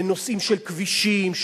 נושאים של כבישים,